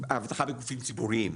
אבטחה בגופים ציבוריים,